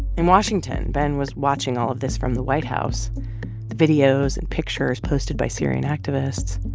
in washington, ben was watching all of this from the white house videos and pictures posted by syrian activists.